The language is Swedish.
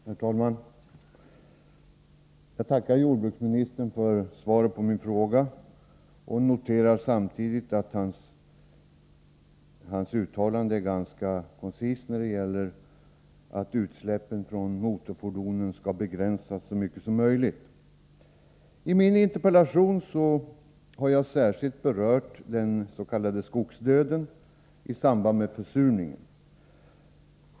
Herr talman! Jag tackar jordbruksministern för svaret på min interpellation. Jag noterar att hans uttalande om att utsläppen från motorfordonen skall begränsas så mycket som möjligt är ganska koncist. I min interpellation har jag särskilt berört den s.k. skogsdöden, som har samband med försurningen.